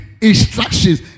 instructions